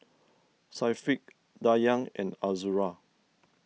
Syafiq Dayang and Azura